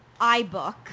iBook